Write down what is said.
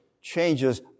changes